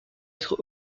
être